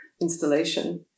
installation